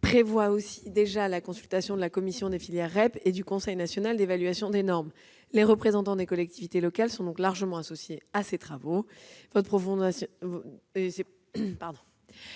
prévoit déjà la consultation de la commission des filières REP et du Conseil national d'évaluation des normes. Les représentants des collectivités territoriales sont donc largement associés à ces travaux